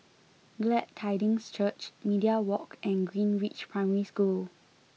Glad Tidings Church Media Walk and Greenridge Primary School